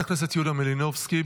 חברת הכנסת יוליה מלינובסקי,